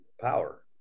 power